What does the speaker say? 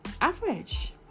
average